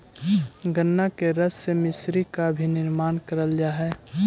गन्ना के रस से मिश्री का भी निर्माण करल जा हई